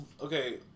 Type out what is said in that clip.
okay